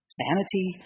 sanity